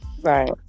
right